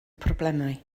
problemau